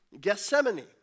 Gethsemane